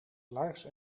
lars